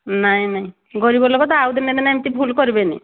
ନାଇଁ ନାଇଁ ଗରିବ ଲୋକ ତ ଆଉ ଦିନେ ଦିନେ ଏମିତି ଭୁଲ କରିବେନି